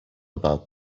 about